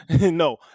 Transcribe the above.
No